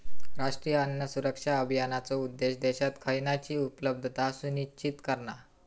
राष्ट्रीय अन्न सुरक्षा अभियानाचो उद्देश्य देशात खयानची उपलब्धता सुनिश्चित करणा